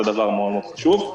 זה דבר מאוד מאוד חשוב.